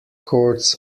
courts